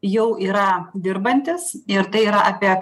jau yra dirbantys ir tai yra apie